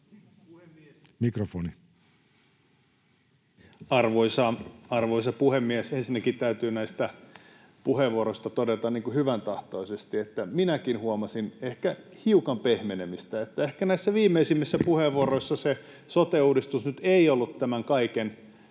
Content: Arvoisa puhemies! Ensinnäkin täytyy näistä puheenvuoroista todeta hyväntahtoisesti, että minäkin huomasin ehkä hiukan pehmenemistä, että ehkä näissä viimeisimmissä puheenvuoroissa se sote-uudistus nyt ei ollut näiden kaikkien